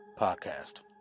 Podcast